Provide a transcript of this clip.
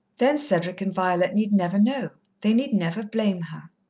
then cedric and violet need never know. they need never blame her.